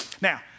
Now